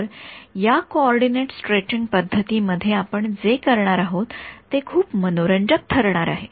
तर या coordinate stretching पद्धती मध्ये आपण जे करणार आहोत ते खूप मनोरंजक ठरणार आहे